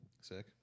Sick